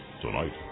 tonight